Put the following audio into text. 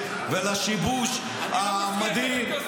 ולשיבוש המדהים,